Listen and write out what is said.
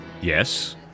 Yes